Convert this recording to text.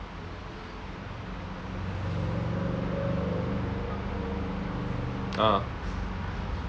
uh